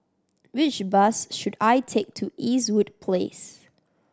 which bus should I take to Eastwood Place